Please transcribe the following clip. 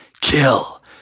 Kill